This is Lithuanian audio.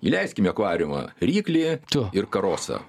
įleiskim į akvariumą ryklį ir karosą